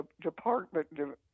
department